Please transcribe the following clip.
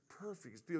perfect